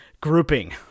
Grouping